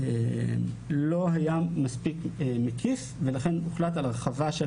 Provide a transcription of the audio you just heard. לא היה מספיק מקיף ולכן הוחלט על הרחבה של